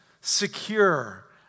secure